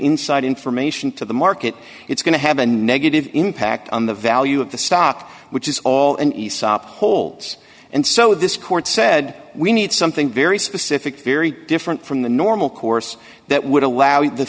inside information to the market it's going to have a negative impact on the value of the stock which is all and aesop holds and so this court said we need something very specific very different from the normal course that would allow the